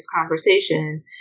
conversation